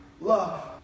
love